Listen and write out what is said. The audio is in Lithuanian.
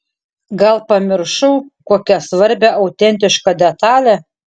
gal pamiršau kokią svarbią autentišką detalę